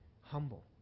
humble